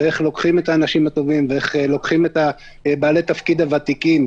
איך לוקחים את האנשים הטובים ואיך לוקחים את בעלי התפקיד הוותיקים,